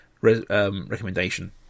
recommendation